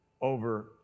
over